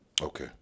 Okay